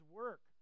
work